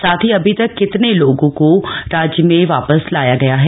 साथ ही अभी तक कितने लोग राज्य में वापस लाया गया है